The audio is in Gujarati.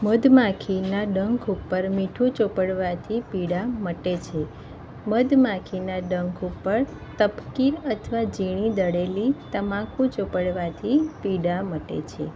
મધમાખીના ડંખ ઉપર મીઠું ચોપડવાથી પીડા મટે છે મધમાખીના ડંખ ઉપર તપકીર અથવા ઝીણી દળેલી તમાકુ ચોપડવાથી પીડા મટે છે